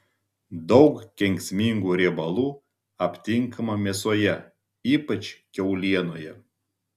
daug kenksmingų riebalų aptinkama mėsoje ypač kiaulienoje